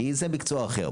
מקצוע אחר.